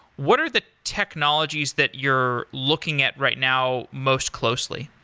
what are the technologies that you're looking at right now most closely?